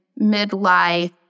midlife